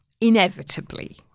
inevitably